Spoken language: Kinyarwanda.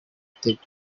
ibitego